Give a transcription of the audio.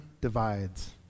divides